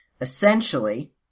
Essentially